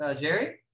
jerry